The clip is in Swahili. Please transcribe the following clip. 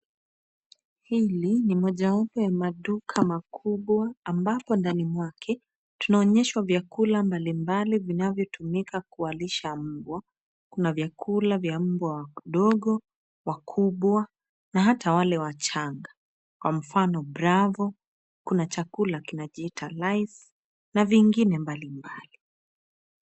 Hili ni mojawapo ya maduka makubwa ambapo ndani mwake tunaonyeshwa vyakula mbalimbali vinavyotumika kuwalisha mbwa. Kuna vyakula wa mbwa wadogo, wakubwa na hata wale wachanga. Kwa mfano bravo , kuna chakula kinajiita rice na vingine mbalimbali.